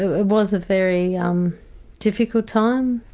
it was a very um difficult time.